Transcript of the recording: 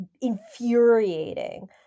infuriating